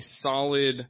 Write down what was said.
solid